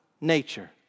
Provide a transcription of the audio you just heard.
nature